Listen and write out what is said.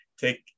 take